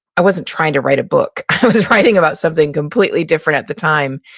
i wasn't trying to write a book. i was writing about something completely different at the time,